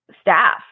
staff